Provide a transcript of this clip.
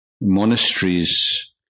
monasteries